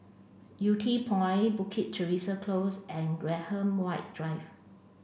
Yew Tee Point Bukit Teresa Close and Graham White Drive